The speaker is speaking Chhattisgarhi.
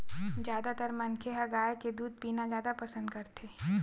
जादातर मनखे ह गाय के दूद पीना जादा पसंद करथे